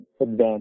advanced